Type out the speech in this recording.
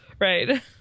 right